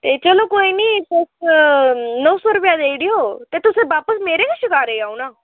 ते चलो कोई निं तुस नौ सौ रपेआ देई ओड़ेओ ते तुसें बापस मेरे गै शकारे च औना